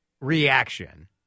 reaction